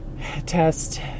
test